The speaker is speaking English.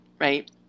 right